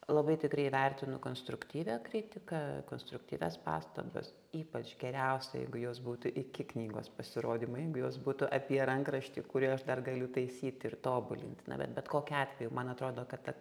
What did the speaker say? labai tikrai vertinu konstruktyvią kritiką konstruktyvias pastabas ypač geriausia jeigu jos būtų iki knygos pasirodymo jeigu jos būtų apie rankraštį kurį aš dar galiu taisyt ir tobulint na bet bet kokiu atveju man atrodo kad ta